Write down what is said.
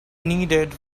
needed